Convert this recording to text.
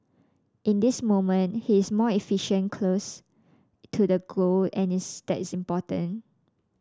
in this moment he is more efficient close to the goal and this is important